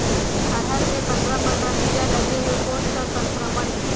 अरहर मे पंडरा पंडरा कीरा लगे हे कौन सा संक्रमण हे?